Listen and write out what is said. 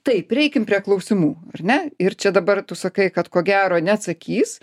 taip prieikim prie klausimų ar ne ir čia dabar tu sakai kad ko gero neatsakys